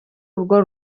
urwo